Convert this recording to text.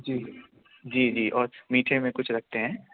جی جی جی اور میٹھے میں کچھ رکھتے ہیں